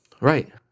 Right